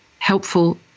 helpful